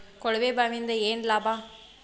ಕೊಳವೆ ಬಾವಿಯಿಂದ ಏನ್ ಲಾಭಾ?